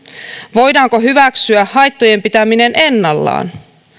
voidaanko hyväksyä haittojen pitäminen ennallaan